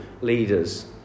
leaders